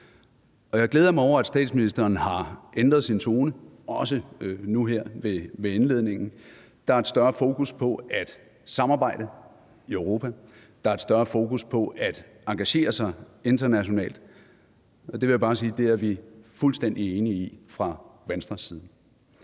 Jeg glæder mig over, at statsministeren har ændret sin tone, også nu her i indledningen. Der er et større fokus på at samarbejde i Europa. Der er et større fokus på at engagere sig internationalt. Det vil jeg bare sige at vi er fuldstændig enige i fra Venstres side.